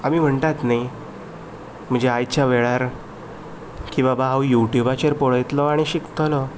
आमी म्हणटात न्हय म्हणजे आयच्या वेळार की बाबा हांव यू ट्युबाचेर पळयतलो आनी शिकतलों